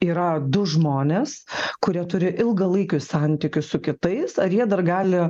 yra du žmonės kurie turi ilgalaikius santykius su kitais ar jie dar gali